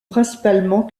principalement